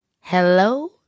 Hello